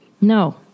no